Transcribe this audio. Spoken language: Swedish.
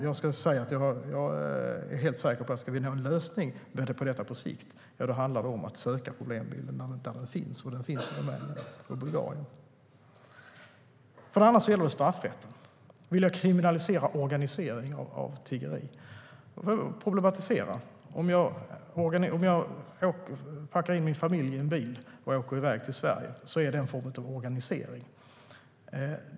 Jag är helt säker på att om vi ska nå en lösning på sikt handlar det om att söka problembilden där den finns, och den finns i Rumänien och Bulgarien. För det andra gäller det straffrätten. Vill jag kriminalisera organisering av tiggeri? Vi kan problematisera det. Om jag packar in min familj i en bil och åker iväg till Sverige är det en form av organisering.